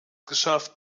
geschafft